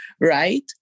right